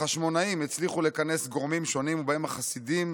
החשמונאים הצליחו לכנס גורמים שונים ובהם החסידים,